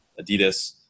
Adidas